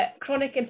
chronic